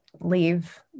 leave